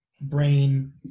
brain